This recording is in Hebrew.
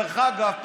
דרך אגב.